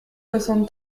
soixante